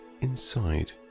inside